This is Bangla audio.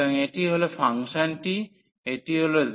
সুতরাং এটি হল ফাংশনটি এটি হল zx এর তলটি